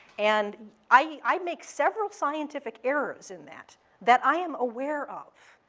and i make several scientific errors in that that i am aware of.